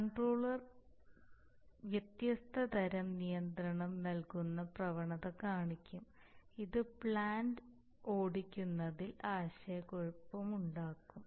controller വ്യത്യസ്ത തരം നിയന്ത്രണം നൽകുന്ന പ്രവണത കാണിക്കും ഇത് പ്ലാന്റ് ഓടിക്കുന്നതിൽ ആശയക്കുഴപ്പമുണ്ടാക്കും